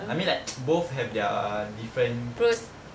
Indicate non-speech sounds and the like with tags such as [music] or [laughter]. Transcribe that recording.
I mean like [noise] both their different [noise]